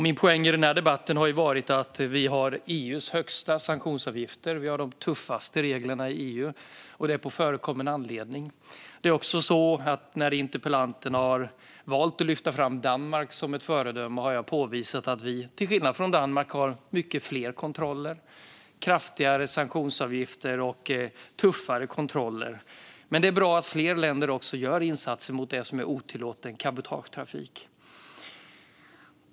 Min poäng i denna debatt har varit att vi har EU:s högsta sanktionsavgifter. Vi har de tuffaste reglerna i EU, och det på förekommen anledning. När interpellanten har valt att lyfta fram Danmark som ett föredöme har jag påvisat att vi jämfört med Danmark har mycket fler kontroller, högre sanktionsavgifter och tuffare kontroller. Men det är bra att fler länder gör insatser mot otillåten cabotagetrafik.